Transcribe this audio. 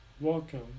Welcome